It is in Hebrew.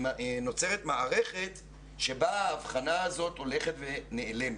מערכת שבא ההבחנה הזאת הולכת ונעלמת.